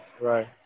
right